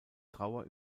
trauer